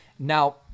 Now